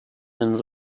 and